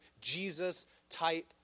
Jesus-type